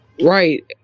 Right